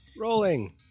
Rolling